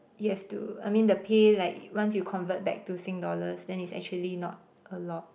you have to I mean the pay like once you convert back to sing dollars then it's actually not a lot